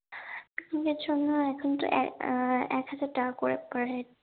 জন্য এখন এক একহাজার টাকা করে পারহেড